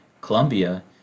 Colombia